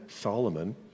Solomon